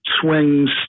swings